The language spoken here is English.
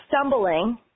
stumbling